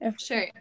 sure